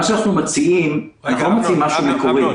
מה שאנחנו מציעים, אנחנו לא מציעים משהו מקורי.